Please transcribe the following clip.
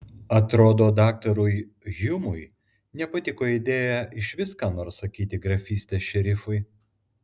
atrodo daktarui hjumui nepatiko idėja išvis ką nors sakyti grafystės šerifui